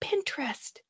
Pinterest